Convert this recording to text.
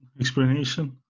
Explanation